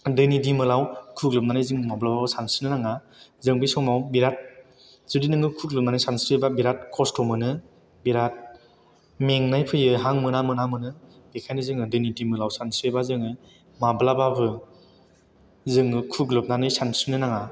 दैनि दिमोलाव खुग्लुबनानै जों माब्लाबाबो सानस्रिनो नाङा जों बे समाव जुदि नोङो खुग्लुबनानै सानस्रियोबा बिराद खस्त' मोनो बिराद मेंनाय फैयो हां मोना मोना मोनो बेनिखायनो जोङो दैनि दिमोलाव सानस्रियोबा जोङो माब्लाबाबो जोङो खुग्लुबनानै सानस्रिनो नाङा